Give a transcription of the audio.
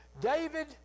David